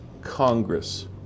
Congress